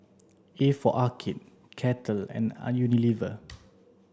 a for Arcade Kettle and Unilever